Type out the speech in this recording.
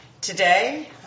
Today